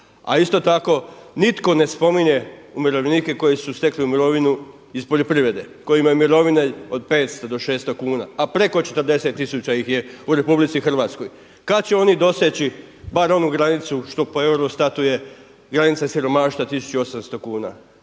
A isto tako nitko ne spominje umirovljenike koji su stekli mirovinu iz poljoprivrede, koji imaju mirovine od 500 do 600 kuna a preko 40 tisuća ih je u RH. Kada će oni doseći bar onu granicu što po Eurostatu je granica siromaštva 1800 kuna,